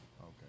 okay